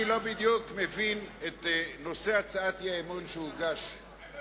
אני לא בדיוק מבין את נושא הצעת האי-אמון שהוגשה.